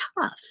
tough